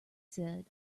said